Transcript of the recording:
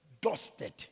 Dusted